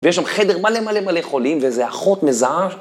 ויש שם חדר מלא מלא מלא חולים, ואיזה אחות מזהה.